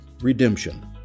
redemption